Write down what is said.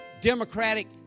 Democratic